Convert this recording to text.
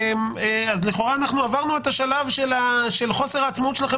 אז לכאורה אנחנו עברנו את השלב של חוסר העצמאות שלכם